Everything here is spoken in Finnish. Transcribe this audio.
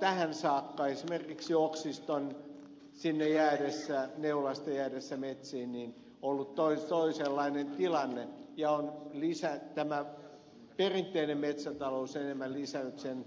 tähän saakka esimerkiksi oksiston jäädessä neulasten jäädessä metsiin on ollut toisenlainen tilanne ja tämä perinteinen metsätalous on enemmän lisännyt sen